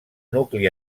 nucli